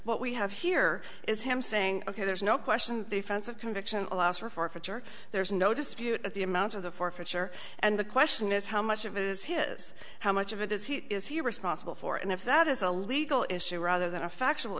what we have here is him saying ok there's no question defense of conviction allows for forfeiture there's no dispute at the amount of the forfeiture and the question is how much of it is his how much of it is he is he responsible for and if that is a legal issue rather than a factual